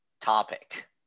topic